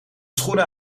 schoenen